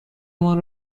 مان